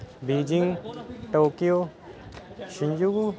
Beijing Tokyo ਸਿੰਜੂਵੂ